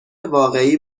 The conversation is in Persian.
واقعی